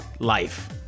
life